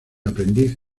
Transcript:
aprendiz